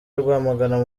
rwamagana